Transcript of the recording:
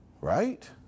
Right